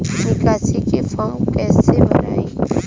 निकासी के फार्म कईसे भराई?